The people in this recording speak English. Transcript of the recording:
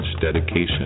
Dedication